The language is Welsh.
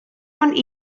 ond